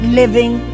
living